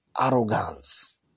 arrogance